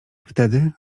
wtedy